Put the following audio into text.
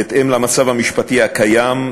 בהתאם למצב המשפטי הקיים,